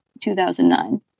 2009